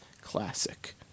classic